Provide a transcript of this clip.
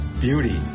beauty